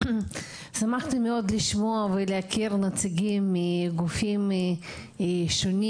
שמחתי מאוד לשמוע ולהכיר נציגים מגופים שונים